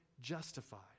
justified